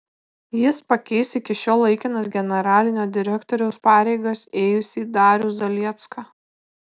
jis pakeis iki šiol laikinas generalinio direktoriaus pareigas ėjusį darių zaliecką